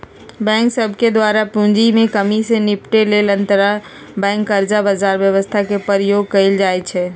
bank सभके द्वारा पूंजी में कम्मि से निपटे लेल अंतरबैंक कर्जा बजार व्यवस्था के प्रयोग कएल जाइ छइ